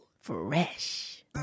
Fresh